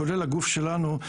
כולל הגוף שלנו,